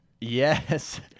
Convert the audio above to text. Yes